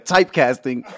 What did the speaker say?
Typecasting